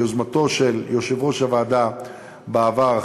ביוזמתו של יושב-ראש הוועדה בעבר,